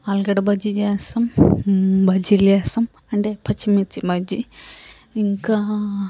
ఆలుగడ్డ బజ్జీ చేస్తాం బజ్జీలు చేస్తాం అంటే పచ్చిమిర్చి బజ్జీ ఇంకా